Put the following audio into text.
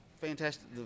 Fantastic